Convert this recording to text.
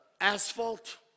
asphalt